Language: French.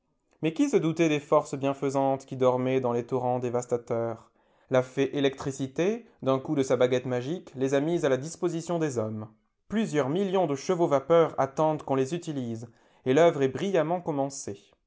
mais qui se doutait des forces bienfaisantes qui dormaient dans les torrents dévastateurs la fée électricité d'un coup de sa baguette magique les a mises à la disposition des hommes plusieurs millions de chevauxvapeur attendent qu'on les utilise et l'œuvre est brillamment commencée